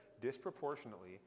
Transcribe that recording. disproportionately